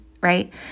right